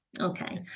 Okay